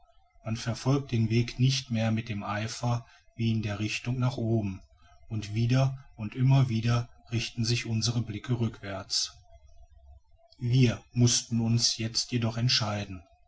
man verfolgt den weg nicht mit dem eifer wie in der richtung nach oben und wieder und immer wieder richten sich unsere blicke rückwärts wir mußten uns jetzt jedoch entscheiden